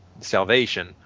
salvation